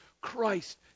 Christ